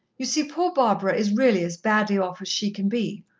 you see, poor barbara is really as badly off as she can be.